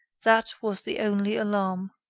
that was the only alarm.